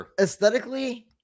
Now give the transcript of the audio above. aesthetically